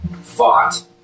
fought